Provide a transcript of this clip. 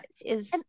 is-